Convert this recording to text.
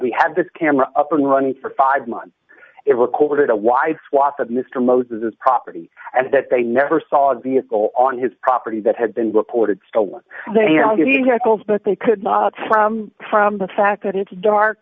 we had this camera up and running for five months it recorded a wide swath of mr moses property and that they never saw a vehicle on his property that had been reported stolen they already had holes but they could not from from the fact that it's dark